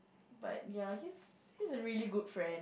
but ya he's he's a really good friend